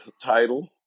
title